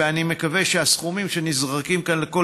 ואני מקווה שהסכומים שנזרקים כאן לכל